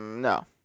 No